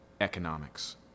economics